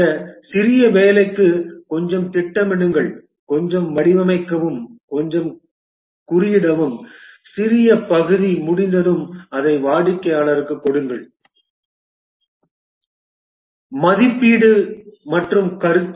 இந்த சிறிய வேலைக்கு கொஞ்சம் திட்டமிடுங்கள் கொஞ்சம் வடிவமைக்கவும் கொஞ்சம் குறியிடவும் சிறிய பகுதி முடிந்ததும் அதை வாடிக்கையாளருக்குக் கொடுங்கள் மதிப்பீடு மற்றும் கருத்து